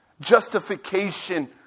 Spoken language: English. justification